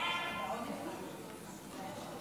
ההצעה